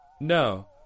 No